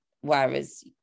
Whereas